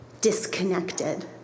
disconnected